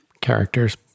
characters